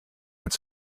its